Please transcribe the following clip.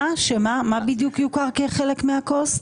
מה בדיוק יוכר כחלק מה-קוסט?